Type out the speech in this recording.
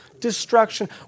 destruction